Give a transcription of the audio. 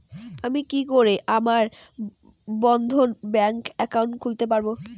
আমি কি করে আমার বন্ধ ব্যাংক একাউন্ট খুলতে পারবো?